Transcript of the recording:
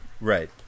Right